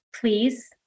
Please